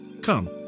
Come